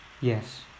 yes